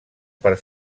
per